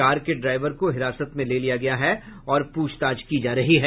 car के driver को हिरासत में लिया गया है और पूछताछ की जा रही है